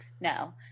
No